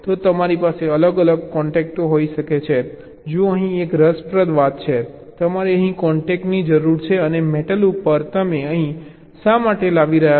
તો તમારી પાસે અલગ અલગ કોન્ટેકો હોઈ શકે છે જુઓ અહીં એક રસપ્રદ વાત છે તમારે અહીં કોન્ટેકની જરૂર છે અને મેટલ ઉપર તમે અહીં શા માટે લાવી રહ્યા છો